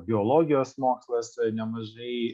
biologijos mokslas nemažai